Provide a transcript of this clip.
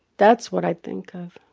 that's what i think of.